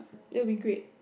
that would be great